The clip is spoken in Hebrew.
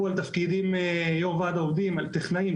יו"ר וועד העובדים דיבר על טכנאים,